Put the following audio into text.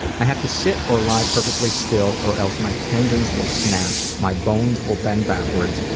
i have to sit or lie perfectly still or else my tendons will snap, my bones will bend backwards,